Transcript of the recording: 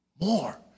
more